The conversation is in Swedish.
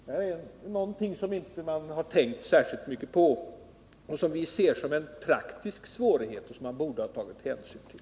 Detta är någonting som man inte tänkt särskilt mycket på, något som vi ser som en praktisk svårighet och som man borde ha tagit hänsyn till.